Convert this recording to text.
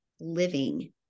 living